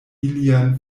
ilian